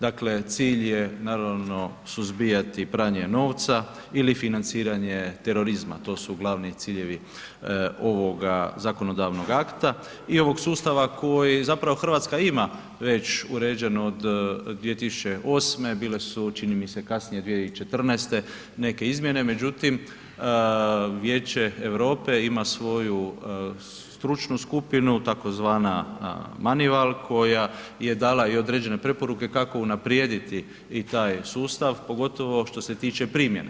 Dakle, cilj je, naravno, suzbijati pranje novca ili financiranje terorizma, to su glavni ciljevi ovoga zakonodavnog akta i ovog sustava koji zapravo Hrvatska ima već uređeno od 2008., bile su, čini mi se, kasnije 2014. neke izmjene, međutim, Vijeće Europe ima svoju stručnu skupinu, tzv. Manival, koja je dala i određene preporuke kako unaprijediti i taj sustav, pogotovo što se tiče primjene.